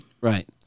Right